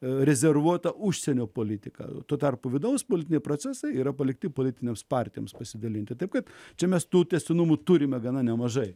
rezervuota užsienio politika tuo tarpu vidaus politiniai procesai yra palikti politinėms partijoms pasidalinti taip kad čia mestų tęstinumų turime gana nemažai